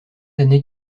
années